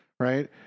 Right